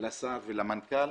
לשר ולמנכ"ל.